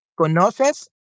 Conoces